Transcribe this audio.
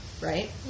Right